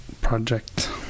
project